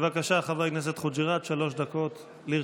בבקשה, חבר הכנסת חוג'יראת, שלוש דקות לרשותך.